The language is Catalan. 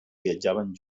viatjaven